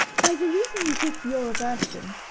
by the reason you give for your aversion,